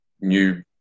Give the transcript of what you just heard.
new